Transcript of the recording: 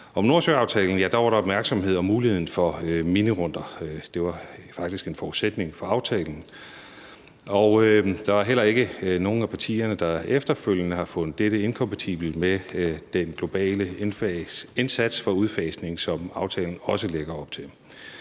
om Nordsøaftalen var der en opmærksomhed på muligheden for minirunder. Det var faktisk en forudsætning for aftalen. Der er heller ikke nogen af partierne, der efterfølgende har fundet dette inkompatibelt med den globale indsats for udfasning, som aftalen også lægger op til.